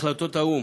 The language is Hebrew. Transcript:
אלה החלטות האו"ם.